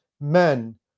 men